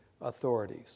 authorities